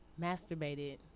masturbated